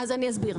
אז אני אסביר.